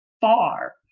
far